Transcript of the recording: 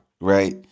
right